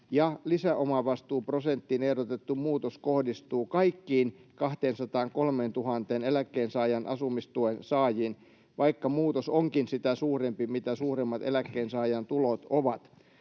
lisäomavastuuprosenttiin ehdotettu muutos kohdistuu kaikkiin 203 000 eläkkeensaajan asumistuen saajiin, vaikka muutos onkin sitä suurempi, mitä suuremmat eläkkeensaajan tulot ovat.”